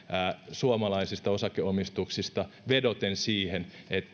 suomalaisista osake omistuksista vedoten siihen